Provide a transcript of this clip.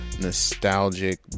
nostalgic